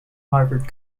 harvard